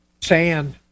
sand